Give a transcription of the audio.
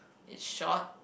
is short